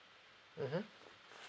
mmhmm